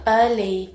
early